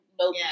No